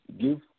give